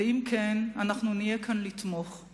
ואם תעשו כן, אנחנו נהיה כאן לתמוך.